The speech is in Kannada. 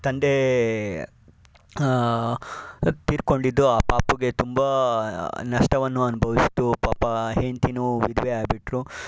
ತಂದೆ ತೀರಿಕೊಂಡಿದ್ದು ಆ ಪಾಪುಗೆ ತುಂಬ ನಷ್ಟವನ್ನು ಅನುಭವಿಸಿತು ಪಾಪ ಹೆಂಡ್ತಿಯೂ ವಿಧವೆ ಆಗಿಬಿಟ್ಲು